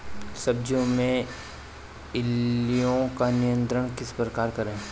सब्जियों में इल्लियो का नियंत्रण किस प्रकार करें?